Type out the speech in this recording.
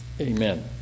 Amen